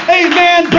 amen